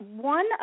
one